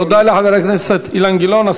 תודה לחבר הכנסת אילן גילאון.